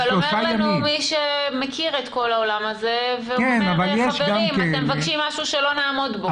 אבל אומר לנו מי שמכיר את כל העולם הזה: אתם מבקשים משהו שלא נעמוד בו.